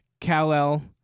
Kal-El